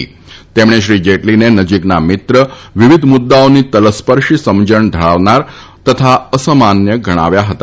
પ્રધાનમંત્રીએ શ્રી જેટલીને નજીકના મિત્ર વિવિધ મુદ્દાઓની તલસ્પર્શી સમજણ ધરાવનાર તથા અસામાન્ય ગણાવ્યા હતા